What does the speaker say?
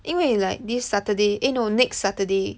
因为 like this Saturday eh no next Saturday